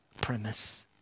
premise